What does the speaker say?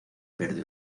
verde